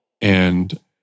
and-